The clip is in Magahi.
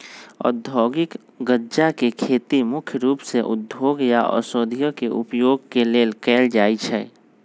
औद्योगिक गञ्जा के खेती मुख्य रूप से उद्योगों या औषधियों में उपयोग के लेल कएल जाइ छइ